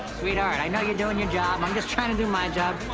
sweetheart, i know you're doin' your job. i'm just tryin' to do my job.